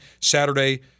Saturday